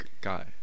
guy